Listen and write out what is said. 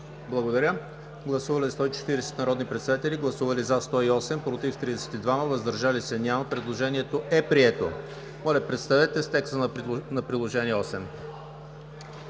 гласуване. Гласували 140 народни представители: за 108, против 32, въздържали се няма. Предложението не е прието. Моля представете текста на Приложение №